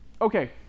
Okay